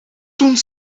toen